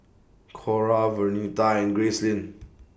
Cora Vernita and Gracelyn